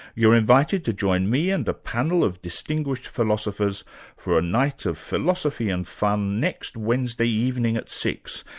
you're invited to join me and a panel of distinguished philosophers for a night of philosophy and fun next wednesday evening at six,